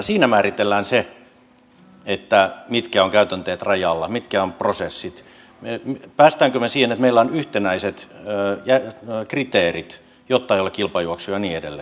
siinä määritellään se mitkä ovat käytänteet rajalla mitkä ovat prosessit pääsemmekö me siihen että meillä on yhtenäiset kriteerit jotta ei ole kilpajuoksua ja niin edelleen